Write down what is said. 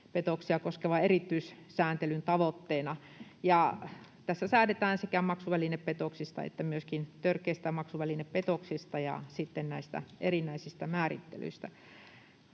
koskevan erityissääntelyn tavoitteena. Tässä säädetään sekä maksuvälinepetoksista että myöskin törkeistä maksuvälinepetoksista ja sitten näistä erinäisistä määrittelyistä.